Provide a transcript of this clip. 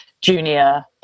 junior